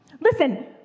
Listen